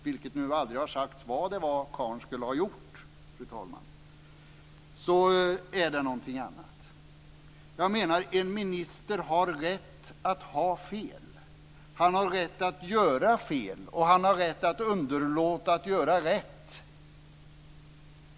Och det har aldrig sagts vad det var karlen skulle ha gjort, fru talman. Jag menar att en minister har rätt att ha fel. Han har rätt att göra fel, och han har rätt att underlåta att göra rätt.